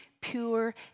pure